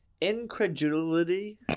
incredulity